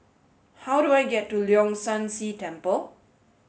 how do I get to Leong San See Temple